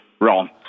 Ron